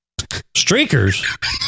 Streakers